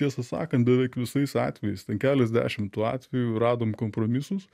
tiesą sakant beveik visais atvejais ten keliasdešimt tų atvejų radom kompromisus